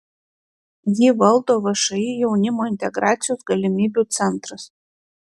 jį valdo všį jaunimo integracijos galimybių centras